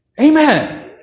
Amen